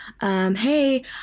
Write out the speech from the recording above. Hey